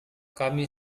kami